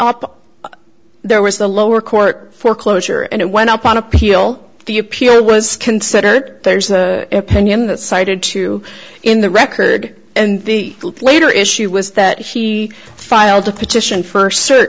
went up there was the lower court foreclosure and it went up on appeal the appeal was considered there's an opinion that cited two in the record and the later issue was that he filed a petition first cir